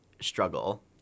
struggle